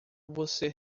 você